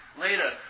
later